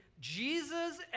Jesus